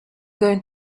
going